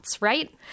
right